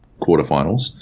quarterfinals